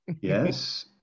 Yes